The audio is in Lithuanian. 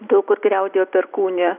daug kur griaudėjo perkūnija